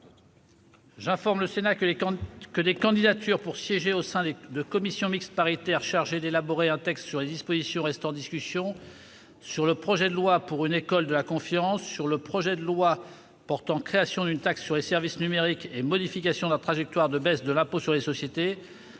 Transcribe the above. J'informe le Sénat que des candidatures pour siéger au sein de commissions mixtes paritaires chargées d'élaborer un texte sur les dispositions restant en discussion sur le projet de loi pour une école de la confiance, sur le projet de loi portant création d'une taxe sur les services numériques et modification de la trajectoire de baisse de l'impôt sur les sociétés,